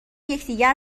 یکدیگر